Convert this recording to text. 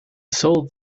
sold